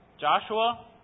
Joshua